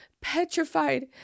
petrified